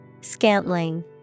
Scantling